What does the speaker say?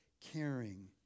caring